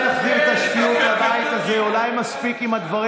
זה לא נכון.